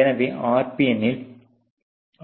எனவே RPN இல்